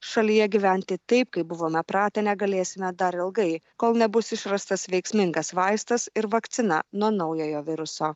šalyje gyventi taip kaip buvome pratę negalėsime dar ilgai kol nebus išrastas veiksmingas vaistas ir vakcina nuo naujojo viruso